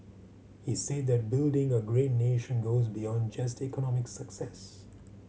he said that building a great nation goes beyond just economic success